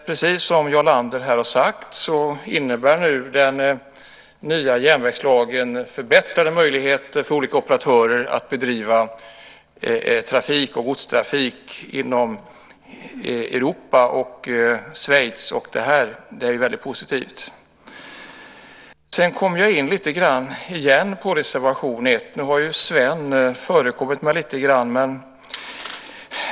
Precis som Jarl Lander här har sagt innebär den nya järnvägslagen förbättrade möjligheter för olika operatörer att bedriva trafik och godstrafik inom Europa och i Schweiz. Det är väldigt positivt. Jag kom in på reservation 1. Nu har Sven förekommit mig lite grann.